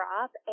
up